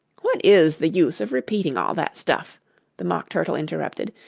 what is the use of repeating all that stuff the mock turtle interrupted,